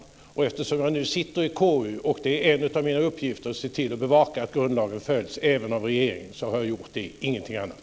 Eftersom jag sitter i KU, och det är en av mina uppgifter att bevaka att grundlagen följs även av regeringen, har jag gjort denna anmälan - ingenting annat.